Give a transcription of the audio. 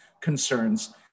concerns